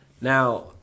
Now